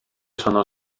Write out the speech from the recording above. sono